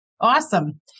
Awesome